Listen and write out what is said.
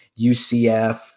UCF